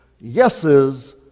yeses